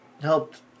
helped